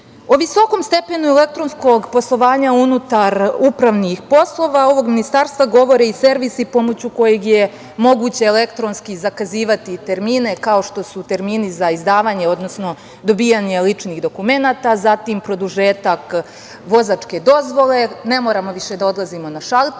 visokom stepenu elektronskog poslovanja unutar upravnih poslova ovog ministarstva govori i servis pomoću kojeg je moguće elektronski zakazivati i termine kao što su termini za izdavanje odnosno dobijanje ličnih dokumenata, zatim produžetak vozačke dozvole, ne moramo više da odlazimo na šaltere,